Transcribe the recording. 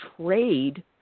trade